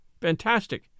fantastic